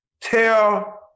tell